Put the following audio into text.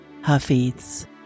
Hafiz